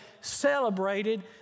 celebrated